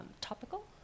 topical